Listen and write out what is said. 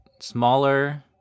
smaller